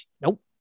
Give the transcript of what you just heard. nope